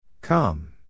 Come